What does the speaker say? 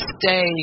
stay